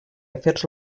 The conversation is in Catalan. afers